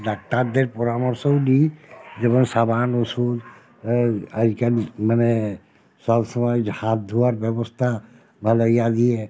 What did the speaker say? ডাক্তারদের পরামর্শও নিই যেমন সাবান ওষুধ আগেকার মানে সব সময় হাত ধোয়ার ব্যবস্থা ভালো ইয়া দিয়ে